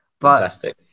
Fantastic